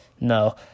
No